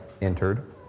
entered